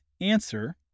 answer